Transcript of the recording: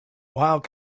while